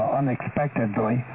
unexpectedly